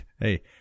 Hey